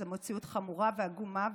זו מציאות חמורה ועגומה,